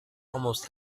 almost